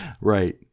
Right